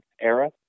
era